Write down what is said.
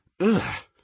Ugh